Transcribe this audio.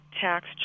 tax